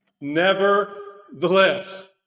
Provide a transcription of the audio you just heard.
Nevertheless